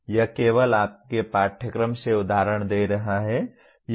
यह केवल आपके पाठ्यक्रम से उदाहरण दे रहा है